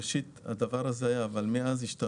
ראשית, הדבר הזה היה, אבל מאז השתנה.